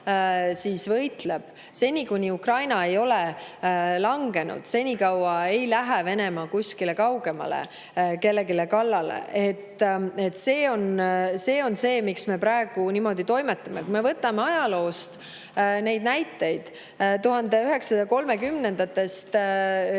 võitleb, seni kui Ukraina ei ole langenud, senikaua ei lähe Venemaa kuskile kaugemale kellelegi kallale. See on see, miks me praegu niimoodi toimetame. Võtame ajaloost näiteid, 1930‑ndate